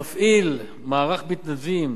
מפעיל מערך מתנדבים